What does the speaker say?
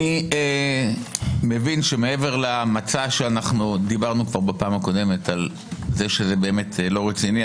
אני מבין שמעבר למצע שכבר אמרנו בפעם הקודמת שזה לא רציני,